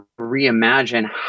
reimagine